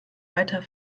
weiter